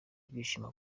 ibyishimo